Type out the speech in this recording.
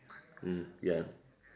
mm ya